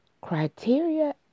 Criteria